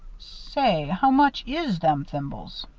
say, how much is them thimbles?